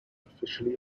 officially